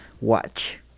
watch